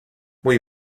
muy